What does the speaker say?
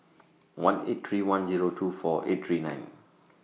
one eight three one Zero two four eight three nine